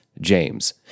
James